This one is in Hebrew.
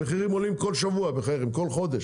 המחירים עולים כל שבוע, כל חודש,